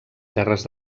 terres